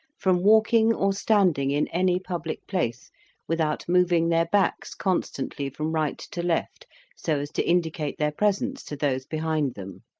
from walking or standing in any public place without moving their backs constantly from right to left so as to indicate their presence to those behind them